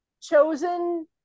chosen